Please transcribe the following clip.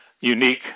unique